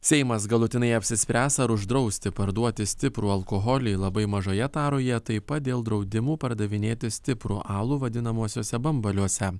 seimas galutinai apsispręs ar uždrausti parduoti stiprų alkoholį labai mažoje taroje taip pat dėl draudimų pardavinėti stiprų alų vadinamuosiuose bambaliuose